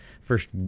first